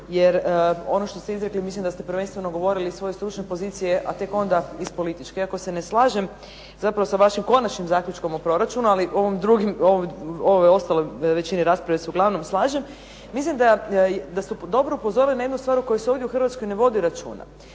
Jer ono što ste izrekli mislim da ste prvenstveno govorili iz svoje stručne pozicije, a tek onda iz političke. Iako se ne slažem zapravo sa vašim konačnim zaključkom o proračunu, ali ove ostale većini rasprave se uglavnom slažem. Mislim da ste dobro upozorili na jednu stvar u kojoj se ovdje u Hrvatskoj ne vodi računa,